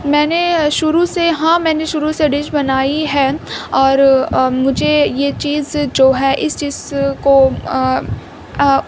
میں نے شروع سے ہاں میں نے شروع سے ڈش بنائی ہے اور مجھے یہ چیز جو ہے اس چیز کو